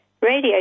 radio